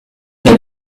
the